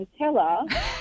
Nutella